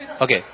Okay